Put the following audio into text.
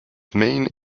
main